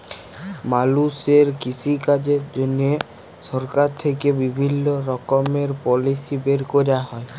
মালুষের কৃষিকাজের জন্হে সরকার থেক্যে বিভিল্য রকমের পলিসি বের ক্যরা হ্যয়